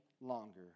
longer